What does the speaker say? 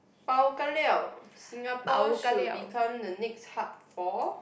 Bao Ka Liao Singapore should become the next hub for